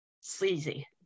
sleazy